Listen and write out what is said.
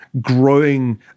growing